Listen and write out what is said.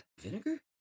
Vinegar